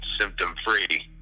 symptom-free